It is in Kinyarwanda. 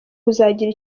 kuzagira